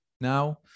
now